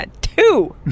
Two